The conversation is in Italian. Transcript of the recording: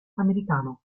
americano